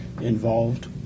involved